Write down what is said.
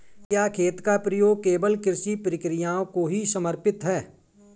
क्या खेत का प्रयोग केवल कृषि प्रक्रियाओं को ही समर्पित है?